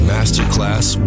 Masterclass